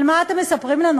על מה אתם מספרים לנו,